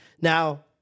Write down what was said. Now